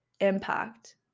impact